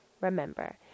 Remember